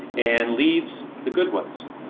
and leads the good ones.